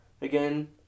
again